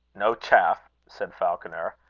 no chaff! said falconer.